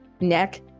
neck